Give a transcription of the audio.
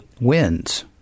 wins